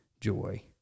joy